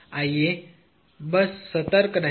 आइए बस सतर्क रहें